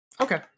okay